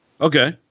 Okay